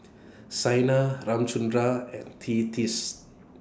Saina Ramchundra and Tea teeth